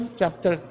chapter